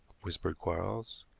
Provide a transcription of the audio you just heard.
whispered quarles.